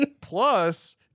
Plus